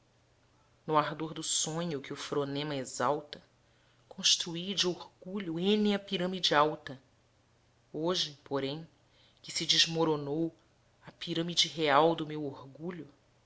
no ardor do sonho que o fronema exalta construí de orgulho ênea pirâmide alta hoje porém que se desmoronou a pirâmide real do meu orgulho